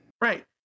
Right